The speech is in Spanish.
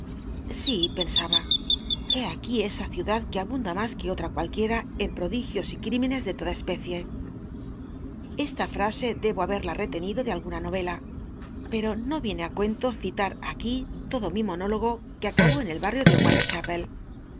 si pensaba hé aquí esa ciudad que obunda mas que otm cualquiera en prodigios y crímenes de toda especie esta frasc delto habcrla retenido de alguna no ela pero no viene á cuento citar aquí todo mi monólogo que acabó en el bal'l'io de